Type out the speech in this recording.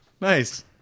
nice